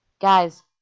guys